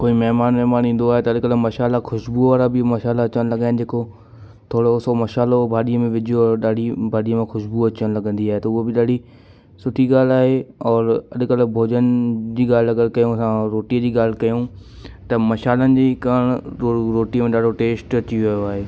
कोई महिमान वहिमान ईंदो आहे त अॼुकल्ह मशाला ख़ुशबू वारा बि मशाला अचणु लॻा आहिनि जेको थोरो सो मशालो भाॼीअ में विझ और ॾाढी भाॼी मां ख़ुशबू अचणु लॻंदी आहे त उहो बि ॾाढी सुठी ॻाल्हि आहे औरि अॼुकल्ह भोजन जी ॻाल्हि अगरि कयूं असां रोटीअ जी ॻाल्हि कयूं त मशालनि जी कारण रोटीअ में ॾाढो टेस्ट अची वियो आहे